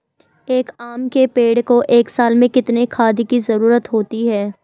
एक आम के पेड़ को एक साल में कितने खाद की जरूरत होती है?